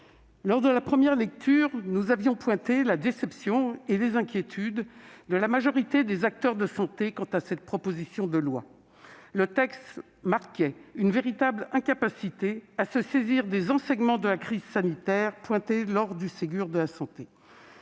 lors de la première lecture, nous avions relevé la déception et les inquiétudes de la majorité des acteurs de santé quant à cette proposition de loi : le texte marquait une véritable incapacité à se saisir des enseignements de la crise sanitaire pointés lors du Ségur de la santé.